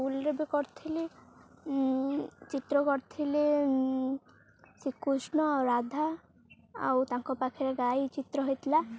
ସ୍କୁଲ୍ରେ ବି କରିଥିଲି ଚିତ୍ର କରିଥିଲି ଶ୍ରୀକୃଷ୍ଣ ଆଉ ରାଧା ଆଉ ତାଙ୍କ ପାଖରେ ଗାଈ ଚିତ୍ର ହେଇଥିଲା